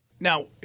Now